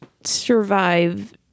survive